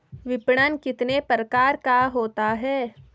विपणन कितने प्रकार का होता है?